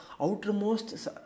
outermost